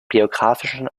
geografischen